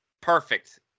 perfect